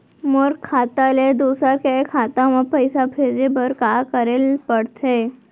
मोर खाता ले दूसर के खाता म पइसा भेजे बर का करेल पढ़थे?